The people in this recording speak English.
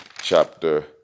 chapter